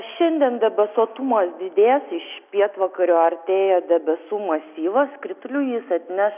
šiandien debesuotumas didės iš pietvakarių artėja debesų masyvas kritulių jis atneš